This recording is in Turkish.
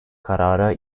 karara